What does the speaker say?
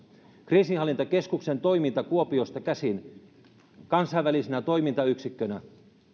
kriisinhallintakeskuksen toiminta kuopiosta käsin kansainvälisenä toimintayksikkönä